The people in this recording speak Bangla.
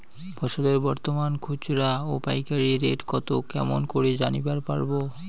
ফসলের বর্তমান খুচরা ও পাইকারি রেট কতো কেমন করি জানিবার পারবো?